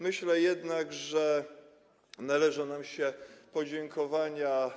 Myślę jednak, że należą się podziękowania.